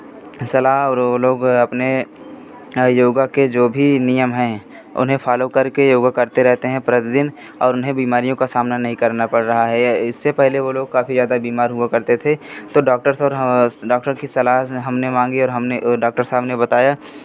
सलाह और वो लोग अपने योगा के जो भी नियम हैं उन्हें फॉलो करके योगा करते रहते हैं प्रतिदिन और उन्हें बीमारियों का सामना नहीं करना पड़ रहा है इससे पहले वो लोग काफ़ी ज़्यादा बीमार हुआ करते थे तो डॉक्टर्स और ह डॉक्टर्स की सलाह हमने मानी और हमने डॉक्टर साहब ने बताया